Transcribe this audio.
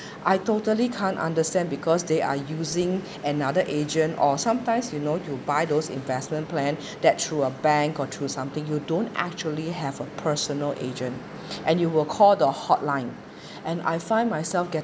I totally can't understand because they are using another agent or sometimes you know you buy those investment plan that through a bank or through something who don't actually have a personal agent and you will call the hotline and I find myself get~